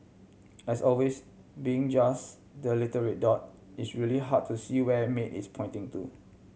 as always being just the little red dot it's really hard to see where Maid is pointing to